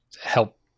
help